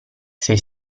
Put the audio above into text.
sei